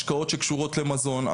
השקעות שקשורות למזון,